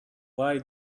why